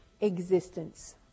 existence